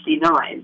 1969